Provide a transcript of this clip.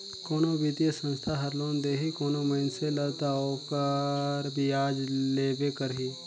कोनो बित्तीय संस्था हर लोन देही कोनो मइनसे ल ता ओहर बियाज लेबे करही